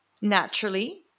naturally